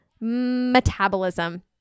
Metabolism